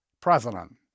president